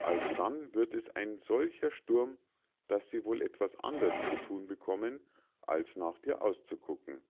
alsdann wird es ein solcher sturm daß sie wohl etwas anders zu thun bekommen als nach dir auszugucken